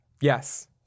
Yes